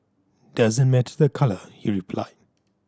doesn't matter the colour he replied